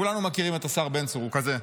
כולנו מכירים את השר בן צור, הוא כזה,